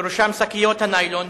ובראשם שקיות הניילון,